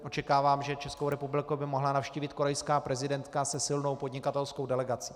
Očekávám, že Českou republiku by mohla navštívit korejská prezidentka se silnou podnikatelskou delegací.